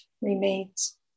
remains